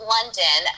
London